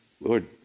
Lord